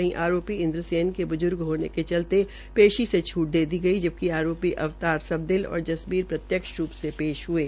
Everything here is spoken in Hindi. वही आरोपी इंद्रसेन के बुजुर्ग होने के चलते पेशी से छूप दी गई है जबकि आरोपी अवतार सबदिल और जसबीर प्रत्यक्ष रूप में पेश हये